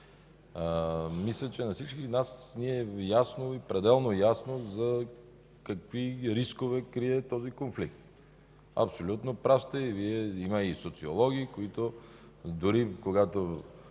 Мисля, че на всички ни е пределно ясно какви рискове крие този конфликт. Абсолютно прав сте и Вие, има и социолози, които, дори когато